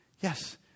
yes